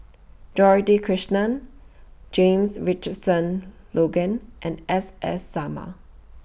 Dorothy Krishnan James Richardson Logan and S S Sarma